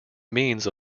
means